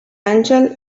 àngel